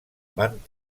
van